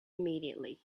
immediately